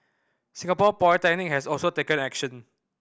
Singapore Polytechnic has also taken action